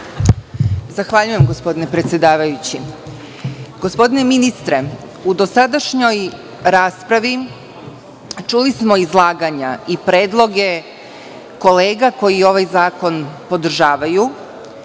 Zahvaljujem gospodine predsedavajući. Gospodine ministre, u dosadašnjoj raspravi čuli smo izlaganja i predloge kolega koji ovaj zakon podržavaju.